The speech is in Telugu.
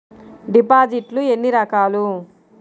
డిపాజిట్లు ఎన్ని రకాలు?